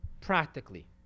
practically